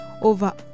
over